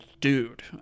dude